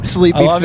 Sleepy